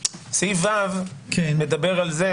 סעיף ו מדבר על זה